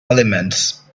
elements